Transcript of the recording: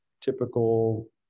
typical